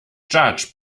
judge